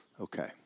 Okay